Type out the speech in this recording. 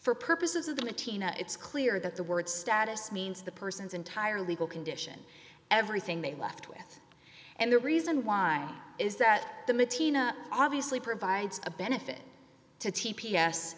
for purposes of the tina it's clear that the word status means the person's entire legal condition everything they left with and the reason why is that the matina obviously provides a benefit to t p s